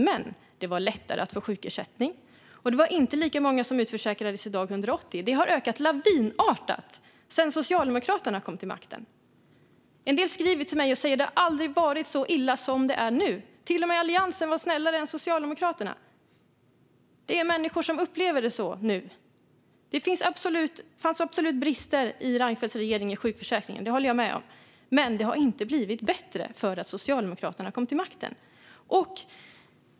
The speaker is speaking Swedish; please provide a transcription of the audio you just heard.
Men det var lättare att få sjukersättning, och det var inte lika många som utförsäkrades vid dag 180. Det har ökat lavinartat sedan Socialdemokraterna kom till makten. En del skriver till mig och säger att det aldrig har varit så illa som det är nu. Till och med Alliansen var snällare än Socialdemokraterna - det finns människor som upplever det så nu. Det fanns absolut brister i sjukförsäkringen under Reinfeldts regering; det håller jag med om. Men det har inte blivit bättre för att Socialdemokraterna kom till makten.